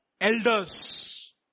elders